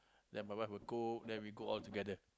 then my wife my cook then we go altogether